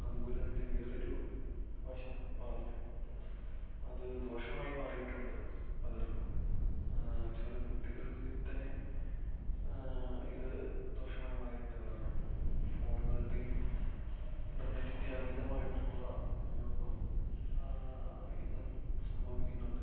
അതുപോലെ തന്നെ വേറൊരു വശം പറഞ്ഞാൽ അത് ദോഷമായി മാറിയിട്ടുണ്ട് പലർക്കും ചെറ് കുട്ടികളിൽ തന്നെ ഇത് ദോഷമായി മാറിയിട്ടുണ്ട് കാരണം ഫോണ്കളുടെയും ഇന്റർനെറ്റിൻ്റെ അമിതമായിട്ടുള്ള ഉപയോഗം ആ ആ ഇന്നും സംഭവിക്കുന്നുണ്ട്